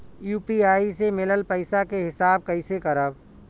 UPI से मिलल पईसा के हिसाब कइसे करब?